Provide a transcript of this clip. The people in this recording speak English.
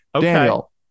Daniel